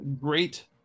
great